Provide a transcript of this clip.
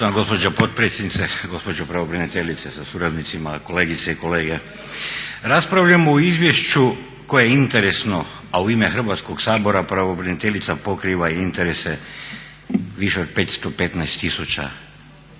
Hrvatskog sabora pravobraniteljica pokriva i interese više od 515000